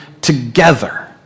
together